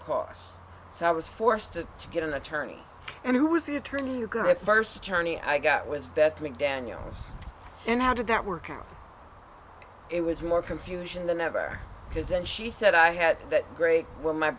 costs so i was forced to get an attorney and who was the attorney who correct first attorney i got was best mcdaniels and how did that work out it was more confusion than ever because then she said i had that great when my